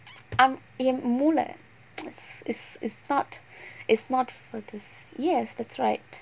I'm என் மூள:en moola is is is not is not for this yes that's right